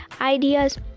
ideas